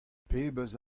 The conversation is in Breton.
pebezh